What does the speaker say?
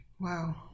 Wow